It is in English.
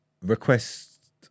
request